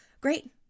great